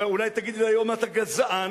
ואולי תגיד לי היום: אתה גזען,